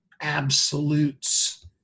absolutes